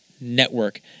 network